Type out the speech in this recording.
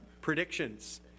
predictions